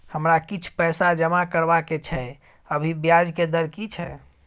हमरा किछ पैसा जमा करबा के छै, अभी ब्याज के दर की छै?